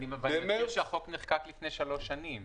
ואני מזכיר שהחוק נחקק לפני שלוש שנים.